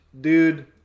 dude